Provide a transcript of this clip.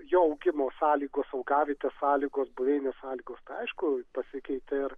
jo augimo sąlygos augavietės sąlygos buveinių sąlygos aišku pasikeitė ir